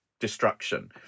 destruction